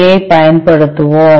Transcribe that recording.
ஐப் பயன்படுத்துவோம்